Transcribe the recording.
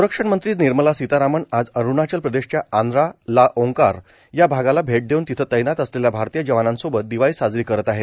संरक्षणमंत्री निर्मला सीतारामन आज अरुणाचल प्रदेशातल्या आंद्रा ला ओंकार या भागाला भेट देऊन तिथे तैनात असलेल्या भारतीय जवानांसोबत दिवाळी साजरी करत आहेत